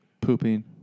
pooping